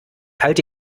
halte